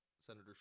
Senator